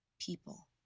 People